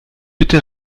bitte